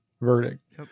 verdict